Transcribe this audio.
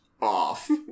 off